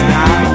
now